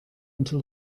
into